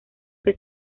que